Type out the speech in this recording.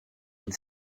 with